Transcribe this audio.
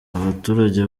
abaturage